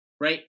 right